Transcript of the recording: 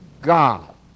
God